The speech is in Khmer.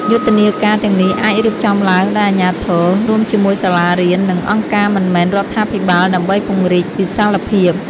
យុទ្ធនាការទាំងនេះអាចរៀបចំឡើងដោយអាជ្ញាធរ រួមជាមួយសាលារៀន និងអង្គការមិនមែនរដ្ឋាភិបាលដើម្បីពង្រីកវិសាលភាព។